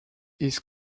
his